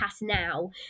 now